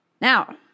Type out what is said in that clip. Now